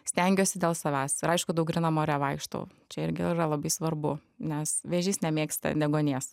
stengiuosi dėl savęs ir aišku daug grynam ore vaikštau čia irgi yra labai svarbu nes vėžys nemėgsta deguonies